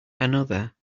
another